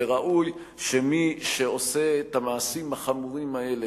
וראוי שמי שעושה את המעשים החמורים האלה